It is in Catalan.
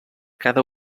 cada